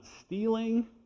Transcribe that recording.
stealing